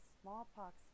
smallpox